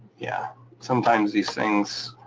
yeah sometimes these things,